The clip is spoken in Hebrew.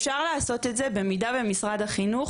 אפשר לעשות את זה במידה ומשרד החינוך